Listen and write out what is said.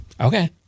okay